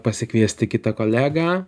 pasikviesti kitą kolegą